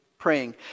praying